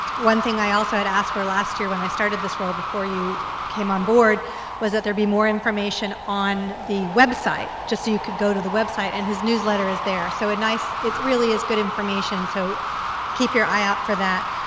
one thing i also had asked for last year when i started this role before you came on board was that there'd be more information on the website just so you could go to the website and his newsletter is there so a nice it really is good information so keep your eye out for that.